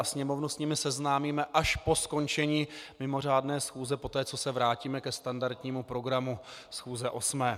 Sněmovnu s nimi seznámíme až po skončení mimořádné schůze, poté co se vrátíme ke standardnímu programu schůze osmé.